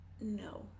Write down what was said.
no